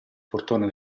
portone